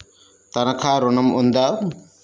తనఖా ఋణం ఉందా?